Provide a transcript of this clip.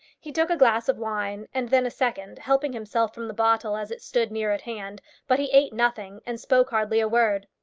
he took a glass of wine, and then a second, helping himself from the bottle as it stood near at hand but he ate nothing, and spoke hardly a word.